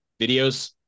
videos